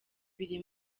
biri